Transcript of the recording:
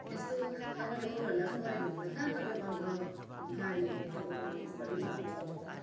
यस्तो तपाईँले अरूहरूलाई पनि गर्यो भने त कहाँ तपाईँको अन्त गाडीहरू तपाईँको उयसमा रिजर्वमा चल्छ त